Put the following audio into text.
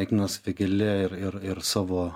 ignas vėgėlė ir ir savo